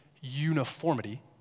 uniformity